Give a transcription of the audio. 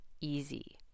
easy